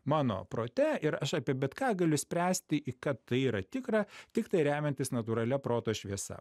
mano prote ir aš apie bet ką galiu spręsti i kad tai yra tikra tiktai remiantis natūralia proto šviesa